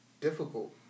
difficult